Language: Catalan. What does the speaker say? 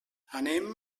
anem